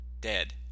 dead